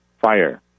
fire